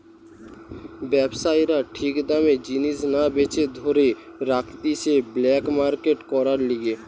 ব্যবসায়ীরা ঠিক দামে জিনিস না বেচে ধরে রাখতিছে ব্ল্যাক মার্কেট করার লিগে